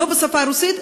לא בשפה הרוסית,